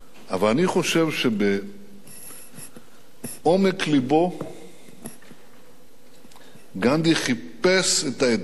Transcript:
אבל אני חושב שבעומק לבו גנדי חיפש את האתגר.